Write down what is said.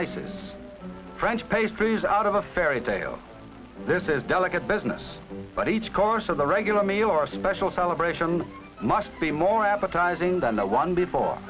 ices french pastries out of a fairy tale this is delicate business but each course of the regular meal or special celebration must be more appetizing than the one before